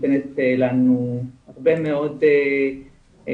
נותנת לנו הרבה מאוד תשומות